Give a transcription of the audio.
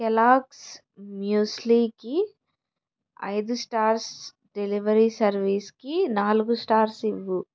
Kellogg's మ్యూస్లీకి ఐదు stars delivery సర్వీస్కి నాలుగు స్టార్స్ ఇవ్వు